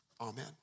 Amen